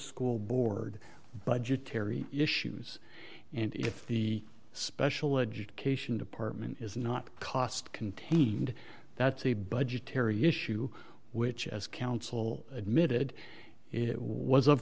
school board budgetary issues and if the special education department is not cost contained that's a budgetary issue which as council admitted it was